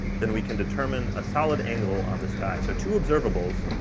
then we can determine a solid angle on the sky. so two observables,